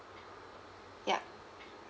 ya